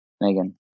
Megan